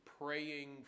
praying